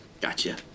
Gotcha